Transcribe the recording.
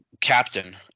captain